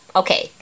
okay